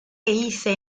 hice